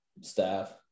staff